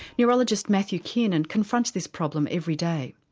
neurologist matthew kiernan confronts this problem every day.